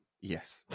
yes